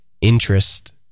interest